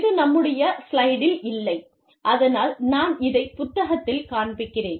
இது நம்முடைய ஸ்லைடில் இல்லை அதனால் நான் இதை புத்தகத்தில் காண்பிக்கிறேன்